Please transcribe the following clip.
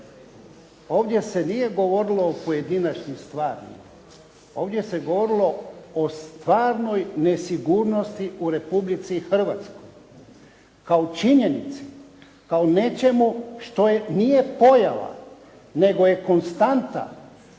ovdje se nije govorilo o pojedinačnim stvarima. Ovdje se govorilo o stvarnoj nesigurnosti u Republici Hrvatskoj kao činjenici, kao nečemu što nije pojava, nego je konstanta,